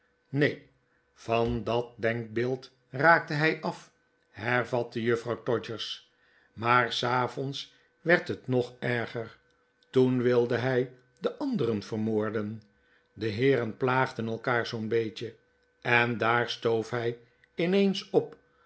neen van dat denkbeeld raakte hij af hervatte juffrouw todgers maar s avonds werd het nog erger toen wilde hij de anderen vermoorden de heeren plaagden elkaar zoo'n beetje en daar stoof hij ineens op